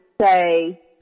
say